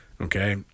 okay